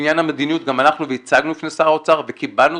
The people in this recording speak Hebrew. לעניין המדיניות גם הלכנו והצגנו בפני שר האוצר וקיבלנו